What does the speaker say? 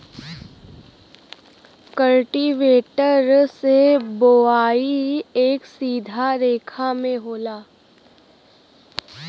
cultivator से बोवाई एक सीधा रेखा में होला